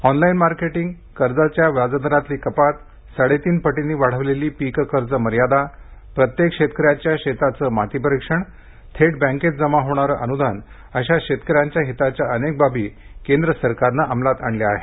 online marketing कर्जाच्या व्याजदरातली कपात साडेतीन पटींनी वाढवलेली पीककर्जमर्यादा प्रत्येक शेतकऱ्याच्या शेताचं मातीपरीक्षण थेट बँकेत जमा होणारं अनुदान अशा शेतकऱ्यांच्या हिताच्या अनेक बाबी केंद्र सरकारनं अमलात आणल्या आहेत